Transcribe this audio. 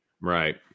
right